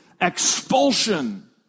expulsion